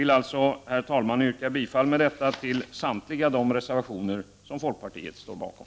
Med detta yrkar jag bifall till samtliga reservationer som folkpartiet står bakom.